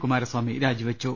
കുമാരസ്വാമി രാജിവെച്ചു